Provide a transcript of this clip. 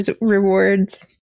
rewards